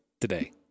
today